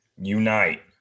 unite